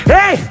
Hey